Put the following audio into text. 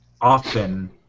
often